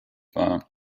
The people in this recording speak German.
war